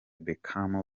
beckham